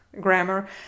grammar